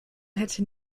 hätte